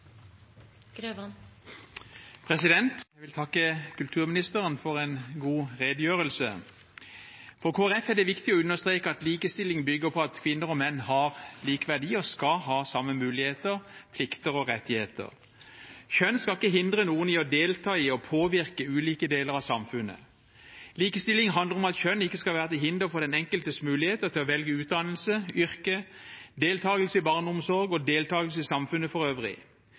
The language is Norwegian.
det viktig å understreke at likestilling bygger på at kvinner og menn har lik verdi og skal ha samme muligheter, plikter og rettigheter. Kjønn skal ikke hindre noen i å delta i og påvirke ulike deler av samfunnet. Likestilling handler om at kjønn ikke skal være til hinder for den enkeltes muligheter til å velge utdannelse, yrke, deltakelse i barneomsorg og deltakelse i samfunnet for øvrig.